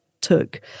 took